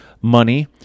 money